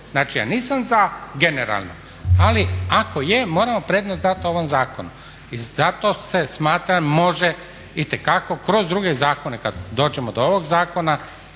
Znači ja nisam za generalno, ali ako je moramo prednost dat ovom zakonu i zato se smatram može itekako kroz druge zakone kad dođemo do ovog zakona